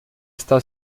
está